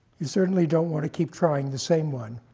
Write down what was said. you certainly don't want to keep trying the same one.